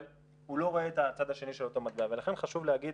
אבל הוא לא רואה את הצד השני של אותו מטבע ולכן חשוב להגיד,